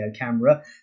camera